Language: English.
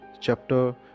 chapter